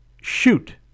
Shoot